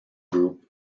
group